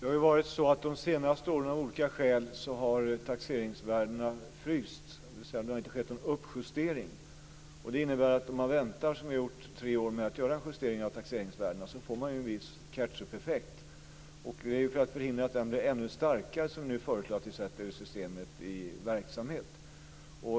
Fru talman! Av olika skäl har taxeringsvärdena frysts de senaste åren. Det har alltså inte skett någon uppjustering. Om man väntar tre år, som vi har gjort, med att göra en justering av taxeringsvärdena får man en viss ketchupeffekt. Det är för att förhindra att den blir ännu starkare som vi nu föreslår att vi sätter det här systemet i verksamhet.